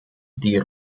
die